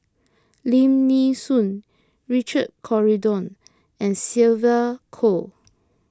Lim Nee Soon Richard Corridon and Sylvia Kho